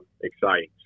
exciting